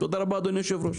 תודה רבה, אדוני היושב-ראש.